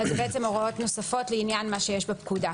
אלה הוראות נוספות לעניין מה שיש בפקודה.